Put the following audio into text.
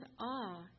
awe